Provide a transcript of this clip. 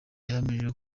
yahamije